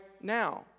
now